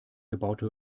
gebaute